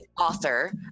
author